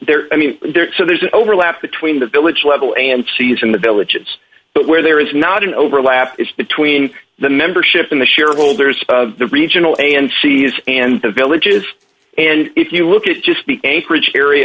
there i mean there so there's an overlap between the village level and she's in the village it's where there is not an overlap it's between the membership in the shareholders the regional and cs and the villages and if you look at just the anchorage area